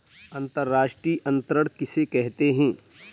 अंतर्राष्ट्रीय अंतरण किसे कहते हैं?